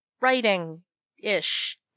writing-ish